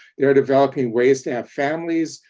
they're developing ways to have families.